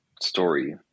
story